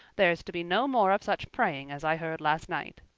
there's to be no more of such praying as i heard last night.